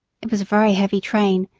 it was a very heavy train,